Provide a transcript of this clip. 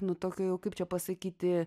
nu tokio jau kaip čia pasakyti